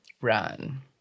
run